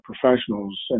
professionals